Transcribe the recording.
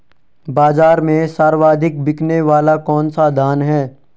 बाज़ार में सर्वाधिक बिकने वाला कौनसा धान है?